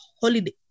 holiday